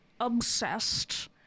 obsessed